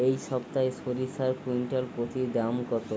এই সপ্তাহে সরিষার কুইন্টাল প্রতি দাম কত?